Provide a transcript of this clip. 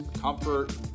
comfort